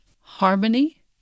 harmony